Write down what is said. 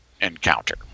encounter